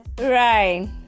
Right